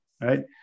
right